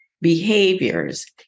behaviors